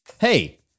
Hey